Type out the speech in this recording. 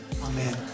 Amen